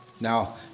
Now